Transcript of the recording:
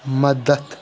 مدد